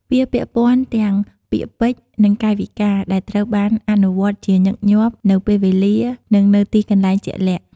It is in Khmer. វាពាក់ព័ន្ធទាំង ពាក្យពេចន៍ និង កាយវិការ ដែលត្រូវបានអនុវត្តជាញឹកញាប់នៅ ពេលវេលា និងនៅ ទីកន្លែង ជាក់លាក់។